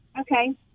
Okay